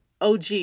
OG